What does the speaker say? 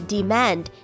Demand